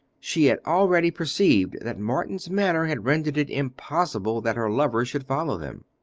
she had already perceived that morton's manner had rendered it impossible that her lover should follow them.